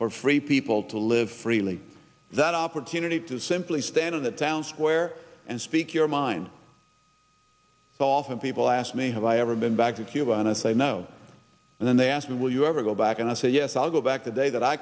for free people to live freely that opportunity to simply stand in the town square and speak your mind soften people ask me have i ever been back to cuba and i say no and then they ask me will you ever go back and i said yes i'll go back today that i